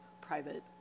private